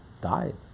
died